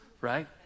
right